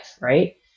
right